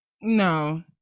no